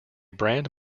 brand